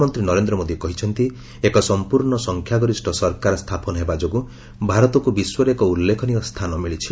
ପ୍ରଧାନମନ୍ତ୍ରୀ ନରେନ୍ଦ୍ର ମୋଦି କହିଛନ୍ତି ଏକ ସମ୍ପୃଶ୍ଣ ସଂଖ୍ୟାଗରିଷ ସରକାର ସ୍ଥାପନ ହେବା ଯୋଗୁଁ ଭାରତକୁ ବିଶ୍ୱରେ ଏକ ଉଲ୍ଲେଖନୀୟ ସ୍ଥାନ ମିଳିଛି